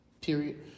Period